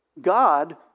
God